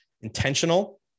intentional